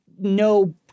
no